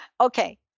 Okay